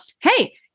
Hey